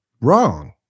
Wrong